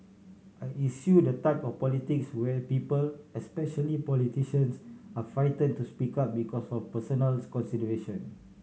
I eschew the type of politics where people especially politicians are frighten to speak up because of personals consideration